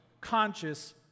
conscious